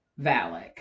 Valak